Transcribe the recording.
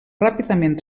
ràpidament